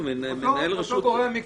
אותו גורם --- לא,